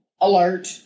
alert